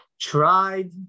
tried